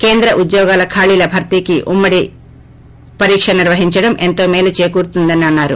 కేంద్ర ఉద్యోగఖాళీల భర్తీకి ఉమ్మడి పరీక్ష నిర్వహించడం ఎంతో మేలు చేకూర్చుతుందని అన్నారు